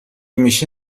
میشه